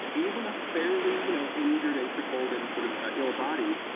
even a fairly you know injured and crippled and sort of ah ill body,